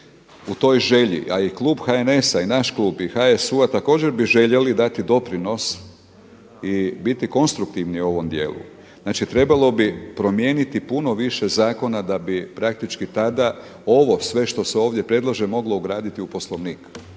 u toj želji a i klub HNS-a i naš klub i HSU-a također bi željeli dati doprinos i biti konstruktivni u ovom dijelu. Znači trebalo bi promijeniti puno više zakona da bi praktički tada ovo sve što se ovdje predlaže moglo ugraditi u Poslovnik